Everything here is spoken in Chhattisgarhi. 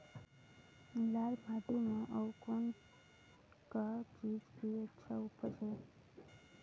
लाल माटी म अउ कौन का चीज के अच्छा उपज है?